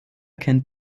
kennt